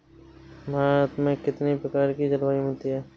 भारत में कितनी प्रकार की जलवायु मिलती है?